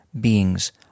beings